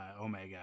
Omega